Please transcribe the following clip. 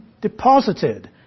deposited